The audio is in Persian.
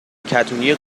کتونی